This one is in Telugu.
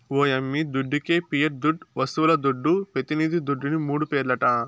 ఓ యమ్మీ దుడ్డికే పియట్ దుడ్డు, వస్తువుల దుడ్డు, పెతినిది దుడ్డుని మూడు పేర్లట